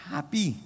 Happy